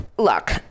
Look